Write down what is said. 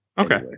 Okay